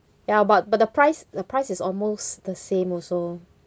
ya but but the price the price is almost the same also